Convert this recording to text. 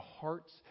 hearts